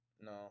No